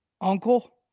Uncle